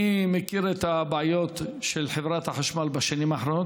אני מכיר את הבעיות של חברת החשמל בשנים האחרונות,